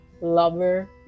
Lover